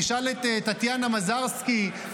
תשאל את טטיאנה מזרסקי,